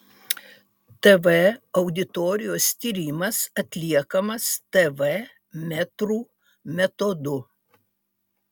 tv auditorijos tyrimas atliekamas tv metrų metodu